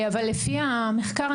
אבל לפי המחקר,